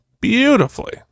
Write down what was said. beautifully